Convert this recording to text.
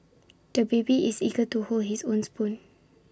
the baby is eager to hold his own spoon